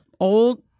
old